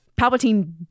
Palpatine